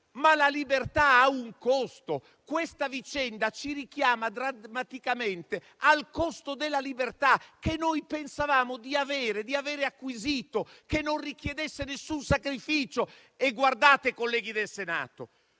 La libertà ha un costo. Questa vicenda ci richiama drammaticamente al costo della libertà che noi pensavamo di avere acquisito e che non richiedesse nessun sacrificio. Considerate, colleghi del Senato,